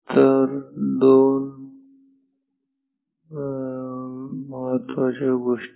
तर दोन महत्त्वाच्या गोष्टी